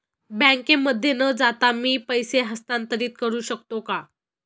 बँकेमध्ये न जाता मी पैसे हस्तांतरित करू शकतो का?